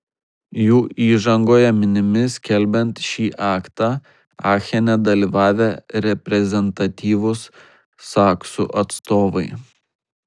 jų įžangoje minimi skelbiant šį aktą achene dalyvavę reprezentatyvūs saksų atstovai